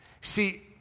See